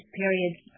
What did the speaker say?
periods